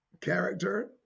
character